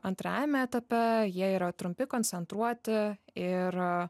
antrajame etape jie yra trumpi koncentruoti ir